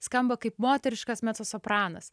skamba kaip moteriškas mecosopranas